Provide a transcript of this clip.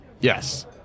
yes